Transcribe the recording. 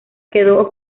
quedó